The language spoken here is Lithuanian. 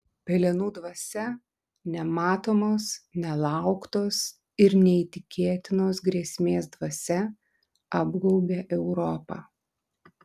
pelenų dvasia nematomos nelauktos ir neįtikėtinos grėsmės dvasia apgaubė europą